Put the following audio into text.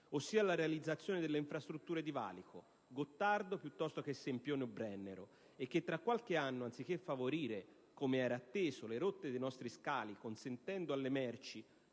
ossia la realizzazione delle infrastrutture di valico, Gottardo piuttosto che Sempione o Brennero, e che tra qualche anno, anziché favorire, come era atteso, le rotte dei nostri scali, consentendo alle merci